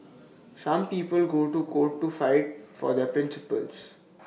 some people go to court to fight for their principles